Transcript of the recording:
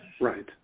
Right